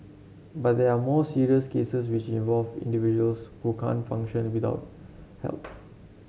but there are more serious cases which involve individuals who can't function without help